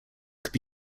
could